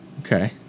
Okay